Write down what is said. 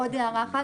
עוד הערה אחת,